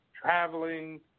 traveling